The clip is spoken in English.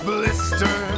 Blister